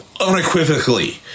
unequivocally